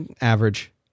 Average